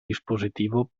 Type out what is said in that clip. dispositivo